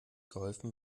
geholfen